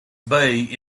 bay